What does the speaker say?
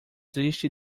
triste